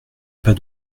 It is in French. pas